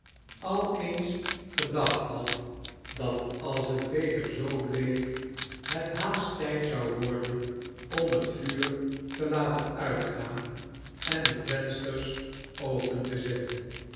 al eens gedacht had dat als het weder zoo bleef het haast tijd zou worden om het vuur te laten uitgaan en de vensters open te zetten